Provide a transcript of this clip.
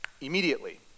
immediately